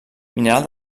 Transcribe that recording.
mineral